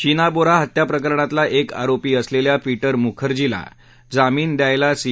शीना बोरा हत्या प्रकरणातला एक आरोपी असलेल्या पी उ मुखर्जी याला जामीनाद्याला सी